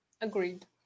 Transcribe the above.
Agreed